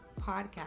podcast